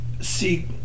seek